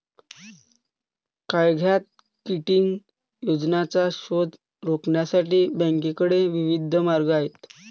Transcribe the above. कायद्यात किटिंग योजनांचा शोध रोखण्यासाठी बँकांकडे विविध मार्ग आहेत